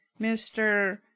mr